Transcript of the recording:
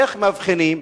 ואיך מאבחנים?